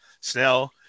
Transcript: Snell